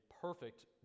perfect